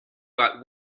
but